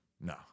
No